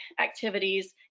activities